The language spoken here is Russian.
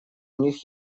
них